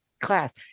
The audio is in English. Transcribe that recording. class